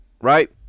right